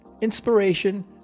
inspiration